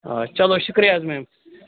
آ چلو شُکریہ حظ میم